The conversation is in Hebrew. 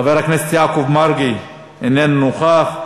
חבר הכנסת יעקב מרגי, איננו נוכח,